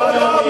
עכשיו.